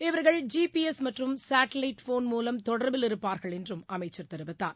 இவர்கள் G P S மற்றும் satellite phone மூலம் தொடர்பில் இருப்பார்கள் என்று அமைச்சர் தெரிவித்தார்